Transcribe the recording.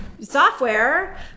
software